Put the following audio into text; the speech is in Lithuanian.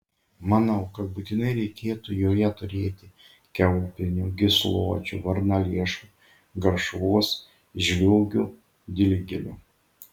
manau kad būtinai reikėtų joje turėti kiaulpienių gysločių varnalėšų garšvos žliūgių dilgėlių